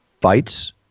fights